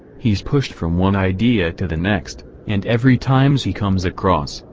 he's pushed from one idea to the next, and every times he comes across,